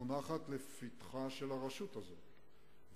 מונחת לפתחה של הרשות הזאת,